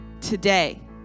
today